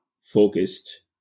focused